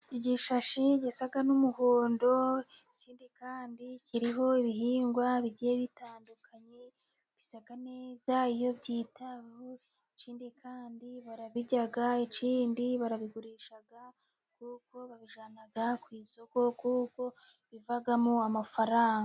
Igishashi gisa n'umuhondo ikindi kandi kiriho ibihingwa bigiye bitandukanye bisa neza iyo byitaho, ikindi kandi barabirya ikindi barabigurisha kuko babijyana ku isoko kuko bivagamo amafaranga.